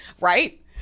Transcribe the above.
right